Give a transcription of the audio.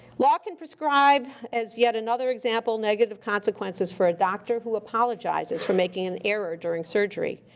law can prescribe, as yet another example, negative consequences for a doctor who apologizes for making an error during surgery.